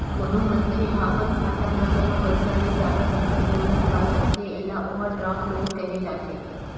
कोनो मनखे ह अपन खाता म जमा पइसा ले जादा पइसा घलो निकाल सकथे एला ओवरड्राफ्ट लोन केहे जाथे